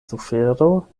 sufero